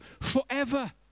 forever